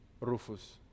Rufus